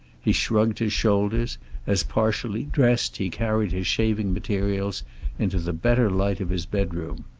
he shrugged his shoulders as, partially dressed, he carried his shaving materials into the better light of his bedroom.